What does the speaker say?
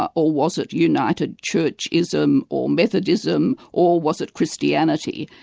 or or was it united churchism, or methodism, or was it christianity?